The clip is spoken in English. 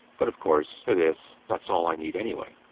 but, of course, for this, that's all i need anyway.